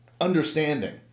understanding